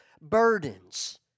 burdens